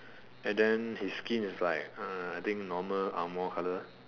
and then his skin is like uh I think normal angmoh colour